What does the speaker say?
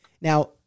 Now